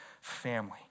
family